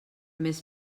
mes